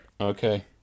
Okay